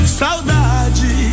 saudade